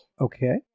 Okay